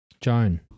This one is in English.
Joan